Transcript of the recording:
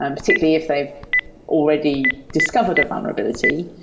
um particularly if they've already discovered a vulnerability.